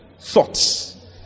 thoughts